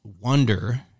wonder